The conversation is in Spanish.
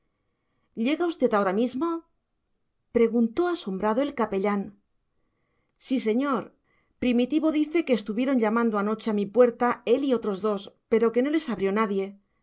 llega usted ahora mismo preguntó asombrado el capellán sí señor primitivo dice que estuvieron llamando anoche a mi puerta él y otros dos pero que no les abrió nadie